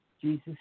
Jesus